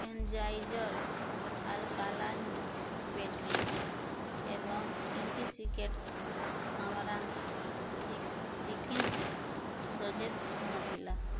Energizer alkaline battery ଏବଂ ଇଣ୍ଡିସିକେଟ୍ amaranth chickens ସଜେତ୍ ନଥିଲା